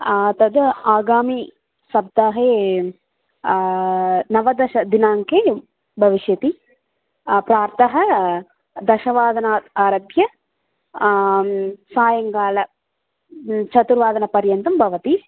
तत् आगामि सप्ताहे नवदशदिनाङ्के भविष्यति प्रातः दशवादनात् आरभ्य सायङ्कालं चतुर्वादनपर्यन्तं भवति